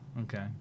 Okay